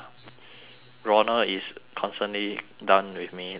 ronald is constantly done with me like